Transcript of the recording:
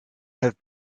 have